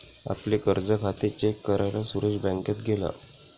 आपले कर्ज खाते चेक करायला सुरेश बँकेत गेला